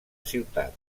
ciutat